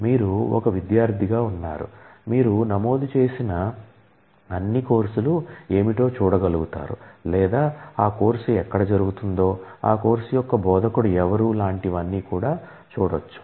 మీరు ఒక విద్యార్థిగా ఉన్నారు మీరు నమోదు చేసిన అన్ని కోర్సులు ఏమిటో చూడగలుగుతారు లేదా ఆ కోర్సు ఎక్కడ జరుగుతుందో ఆ కోర్సు యొక్క బోధకుడు ఎవరు లాంటివన్నీ చూడొచ్చు